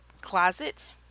closet